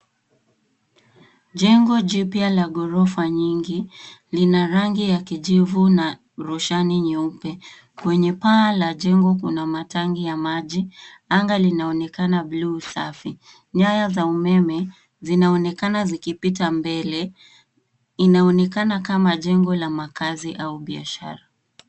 Jengo jipya la ghorofa nyingi. Lina rangi ya kijivu na roshani nyeupe. Kwenye paa la jengo kuna matanki ya maji. Anga linaonekana buluu safi. Nyaya za umeme zinaonekana zikipita mbele. Inaonekana kama jengo la makazi au biashara.